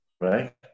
right